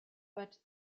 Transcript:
but